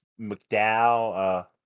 McDowell